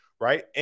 right